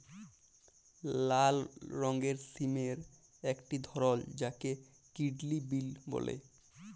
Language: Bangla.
লাল রঙের সিমের একটি ধরল যাকে কিডলি বিল বল্যে